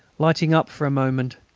lighting up for a moment,